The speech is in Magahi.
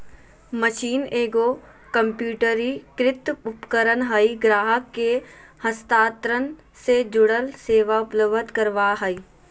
मशीन एगो कंप्यूटरीकृत उपकरण हइ ग्राहक के हस्तांतरण से जुड़ल सेवा उपलब्ध कराबा हइ